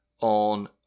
on